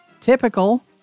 typical